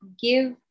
give